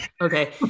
okay